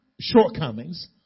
shortcomings